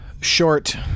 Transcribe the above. short